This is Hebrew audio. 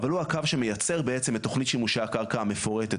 אבל הוא הקו שמייצר בעצם את תוכנית שימושי הקרקע המפורטת,